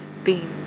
Beam